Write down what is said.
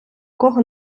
кого